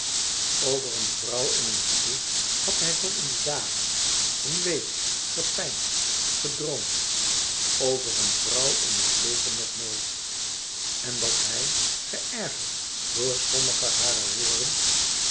over een vrouw in een gedicht had hij wel eens dagen een week gepeinsd gedroomd over een vrouw in het leven nog nooit en dat hij geërgerd door sommige harer woorden